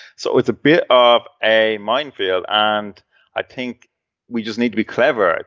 so it's a bit of a minefield and i think we just need to be clever.